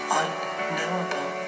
unknowable